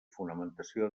fonamentació